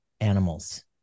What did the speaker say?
animals